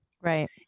Right